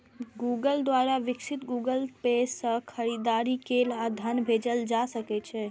Google द्वारा विकसित Google Pay सं खरीदारी कैल आ धन भेजल जा सकै छै